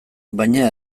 baina